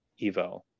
Evo